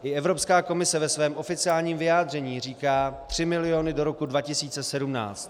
I Evropská komise ve svém oficiálním vyjádření říká tři miliony do roku 2017.